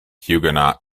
huguenot